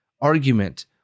argument